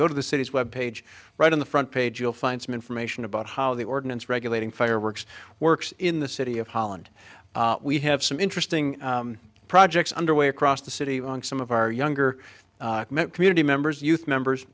go to the city's web page right in the front page you'll find some from ation about how the ordinance regulating fireworks works in the city of holland we have some interesting projects underway across the city on some of our younger community members youth members